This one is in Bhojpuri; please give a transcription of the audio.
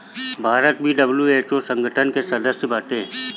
भारत भी डब्ल्यू.एच.ओ संगठन के सदस्य बाटे